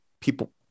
people